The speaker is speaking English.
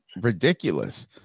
ridiculous